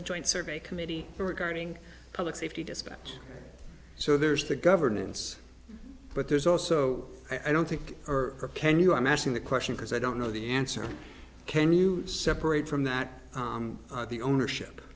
the joint survey committee regarding public safety dispatch so there's the governance but there's also i don't think or can you i'm asking the question because i don't know the answer can you separate from that the ownership